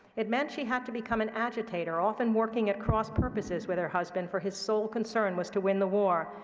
it meant she had to become an agitator, often working at cross purposes with her husband, for his sole concern was to win the war.